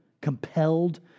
compelled